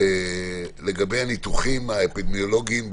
הידיעה לגבי הניתוחים האפידמיולוגיים.